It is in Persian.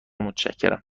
متشکرم